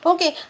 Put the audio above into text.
Okay